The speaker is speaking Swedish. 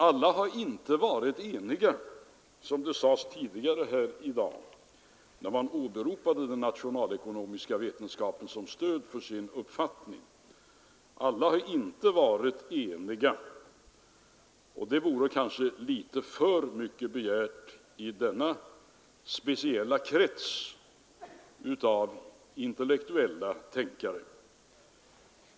Alla har inte varit eniga — som det sades tidigare här i dag när man åberopade den nationalekonomiska vetenskapen som stöd för sin uppfattning — och det vore kanske för mycket begärt av denna speciella krets av intellektuella tänkare.